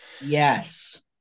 yes